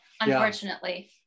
unfortunately